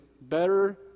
better